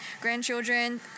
grandchildren